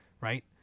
right